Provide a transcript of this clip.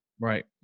right